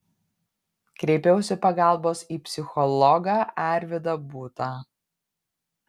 kreipiausi pagalbos į psichologą arvydą būtą